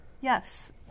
Yes